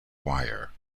choir